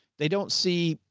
they don't see.